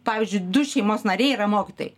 pavyzdžiui du šeimos nariai yra mokytojai